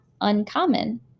uncommon